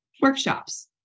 workshops